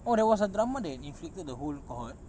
oh there was a drama that inflicted the whole cohort